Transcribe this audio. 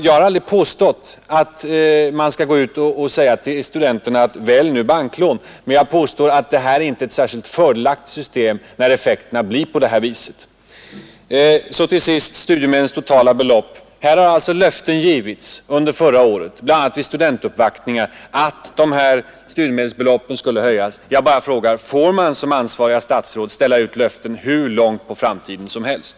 Jag har aldrig påstått att man skall gå ut och säga till studenterna: Välj nu banklån. Men jag påstår att studiemedelssystemet inte är särskilt fördelaktigt när effekterna blir sådana. Till sist, vad beträffar studiemedlens totala belopp, har löften givits under förra året bl.a. vid studentuppvaktningar att beloppen skulle höjas. Jag bara frågar: Får man som ansvarigt statsråd ställa ut löften hur långt in i framtiden som helst?